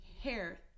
hair